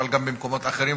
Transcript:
אבל גם במקומות אחרים,